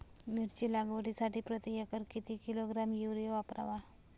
मिरची लागवडीसाठी प्रति एकर किती किलोग्रॅम युरिया वापरावा?